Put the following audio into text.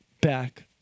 back